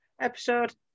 episode